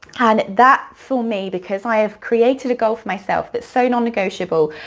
and that for me because i have created a goal for myself that's so non-negotiable,